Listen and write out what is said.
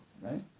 right